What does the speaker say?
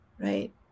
right